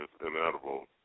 inevitable